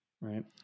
right